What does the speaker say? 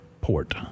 port